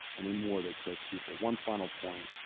and in war they kill people. one final point,